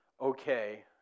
okay